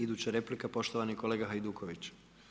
Iduća replika, poštovani kolega Hajduković.